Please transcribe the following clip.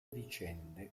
vicende